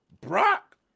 Brock